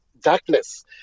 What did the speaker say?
darkness